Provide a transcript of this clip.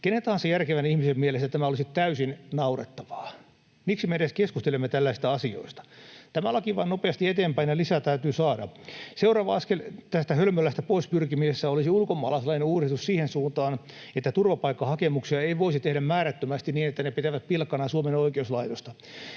Kenen tahansa järkevän ihmisen mielestä tämä olisi täysin naurettavaa. Miksi me edes keskustelemme tällaisista asioista? Tämä laki vain nopeasti eteenpäin, ja lisää täytyy saada. Seuraava askel tästä hölmölästä pois pyrkimisessä olisi ulkomaalaislain uudistus siihen suuntaan, että turvapaikkahakemuksia ei voisi tehdä määrättömästi niin, että ne pitävät pilkkanaan Suomen oikeuslaitosta.